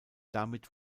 damit